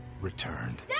returned